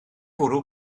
bwrw